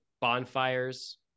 bonfires